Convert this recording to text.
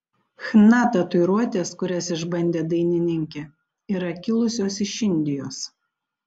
chna tatuiruotės kurias išbandė dainininkė yra kilusios iš indijos